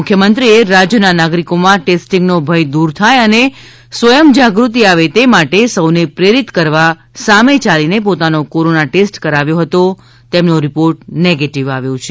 મુખ્યમંત્રીએ રાજ્યના નાગરિકોમાં ટેસ્ટીંગનો ભય દુર થાય અને સ્વયં જાગૃતિ આવે તે માટે સૌને પ્રેરિત કરવા સામે યાલીને પોતાનો કોરોના ટેસ્ટ કરાવ્યો હતો તેમનો રિપોર્ટ નેગેટિવ આવ્યો છે